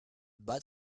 bad